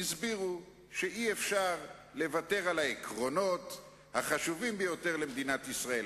הסבירו שאי-אפשר לוותר על העקרונות החשובים ביותר למדינת ישראל,